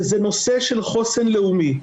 וזה נושא של חוסן לאומי.